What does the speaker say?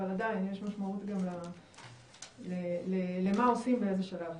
אבל עדיין יש משמעות גם למה עושים באיזה שלב.